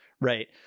Right